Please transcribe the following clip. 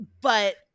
But-